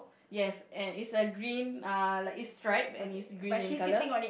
yes and is a green err like it's stripe and it's green in colour